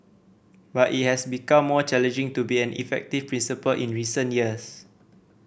but it has become more challenging to be an effective principal in recent years